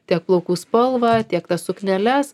tiek plaukų spalvą tiek tas sukneles